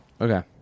Okay